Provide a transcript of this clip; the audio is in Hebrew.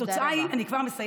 תודה רבה.